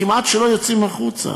כמעט לא יוצאים החוצה.